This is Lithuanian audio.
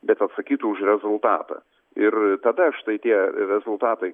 bet atsakytų už rezultatą ir tada štai tie rezultatai